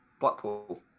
Blackpool